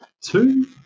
Two